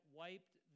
wiped